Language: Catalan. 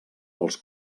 dels